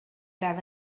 that